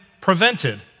prevented